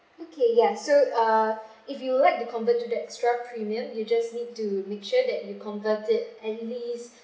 okay yeah so uh if you would like to convert to the extra premium you just need to make sure that you convert it at least